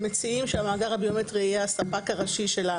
מציעים שהמאגר הביומטרי יהיה הספק הראשי?